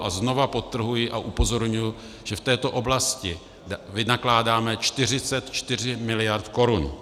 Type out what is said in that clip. A znovu podtrhuji a upozorňuji, že v této oblasti vynakládáme 44 miliard korun.